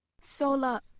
Sola